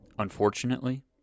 Unfortunately